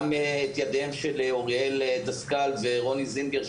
וגם את ידיהם של אוריאל דסקל ורוני זינגר,